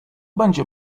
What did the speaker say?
będzie